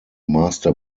master